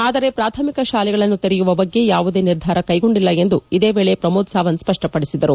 ಆದರೆ ಪ್ರಾಥಮಿಕ ಶಾಲೆಗಳನ್ನು ತೆರೆಯುವ ಬಗ್ಗೆ ಯಾವುದೇ ನಿರ್ಧಾರ ಕೈಗೊಂಡಿಲ್ಲ ಎಂದು ಇದೇ ವೇಳಿ ಪ್ರಮೋದ್ ಸಾವಂತ್ ಸ್ಪಷ್ಟಪಡಿಸಿದರು